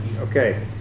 okay